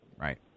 Right